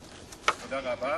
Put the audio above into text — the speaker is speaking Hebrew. (אומר בעברית:) תודה רבה